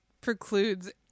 precludes